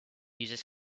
uses